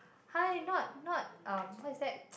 hi not not um what is that